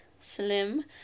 slim